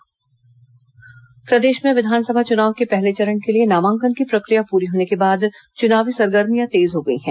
राजनीतिक सरगर्मियां प्रदेश में विधानसभा चुनाव के पहले चरण के लिए नामांकन की प्रक्रिया पूरी होने के बाद चुनावी सरगर्मियां तेज हो गई हैं